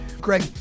Greg